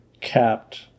capped